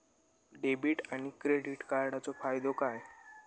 Debit आणि credit कार्डचो फायदो काय?